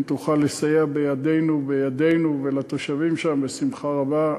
אם תוכל לסייע בידנו ולתושבים שם, בשמחה רבה.